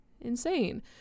insane